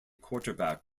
quarterback